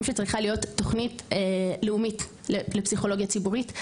שצריכה להיות תוכנית לאומית לפסיכולוגיה ציבורית.